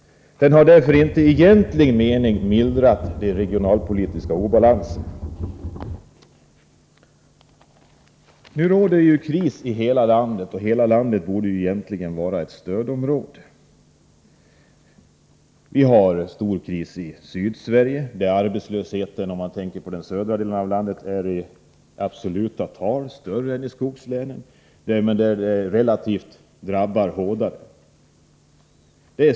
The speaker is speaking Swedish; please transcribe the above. Därför har den inte i egentlig mening mildrat de regionalpolitiska obalanserna. Nu råder det ju kris i hela landet, och egentligen borde hela landet vara ett stödområde. Vi har en stor kris i Sydsverige, där arbetslösheten i absoluta tal är större än i skogslänen, vilkas arbetslöshet emellertid relativt sett drabbar hårdare.